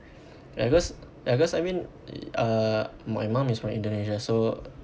ya because ya because I mean uh my mum is from Indonesia so